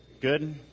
Good